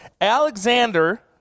Alexander